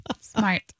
Smart